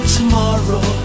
tomorrow